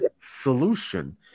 solution